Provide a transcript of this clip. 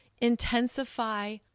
intensify